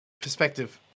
perspective